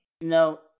No